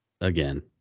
Again